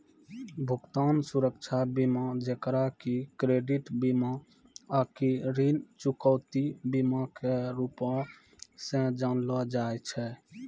भुगतान सुरक्षा बीमा जेकरा कि क्रेडिट बीमा आकि ऋण चुकौती बीमा के रूपो से जानलो जाय छै